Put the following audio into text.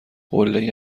قلهای